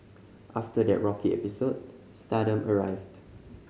after that rocky episode stardom arrived